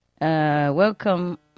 Welcome